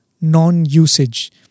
non-usage